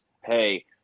Hey